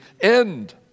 end